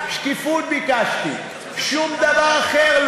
את מסכימה להתניות